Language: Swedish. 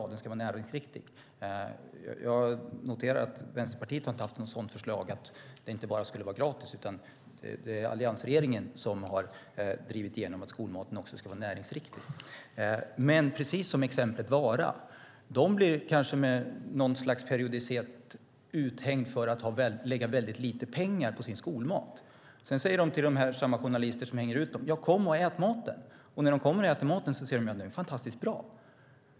Den ska vara näringsriktig. Jag noterar att Vänsterpartiet inte har lagt fram något förslag om att den inte bara ska vara gratis. Det är alliansregeringen som har drivit igenom att skolmaten också ska vara näringsriktig. I Vara blir de kanske med något slags periodicitet uthängda för att lägga väldigt lite pengar på sin skolmat. Sedan säger de till samma journalister som hänger ut dem: Kom och ät maten! När de kommer och äter maten märker de att den är fantastiskt bra.